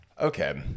Okay